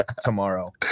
tomorrow